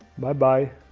bye-bye